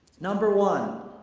number one,